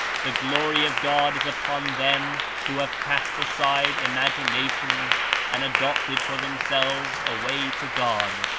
the glory of god is upon them who have cast aside imaginations and adopted for themselves a way to god,